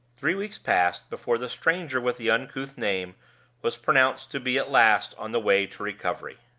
three weeks passed before the stranger with the uncouth name was pronounced to be at last on the way to recovery.